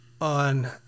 on